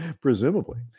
Presumably